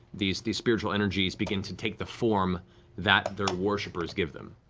these these spiritual energies, begin to take the form that their worshipers give them.